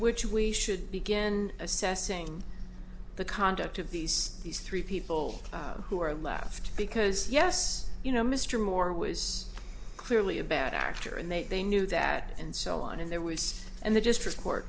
which we should begin assessing the conduct of these these three people who are left because yes you know mr moore was clearly a bad actor and they knew that and so on in their words and they just repor